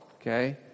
okay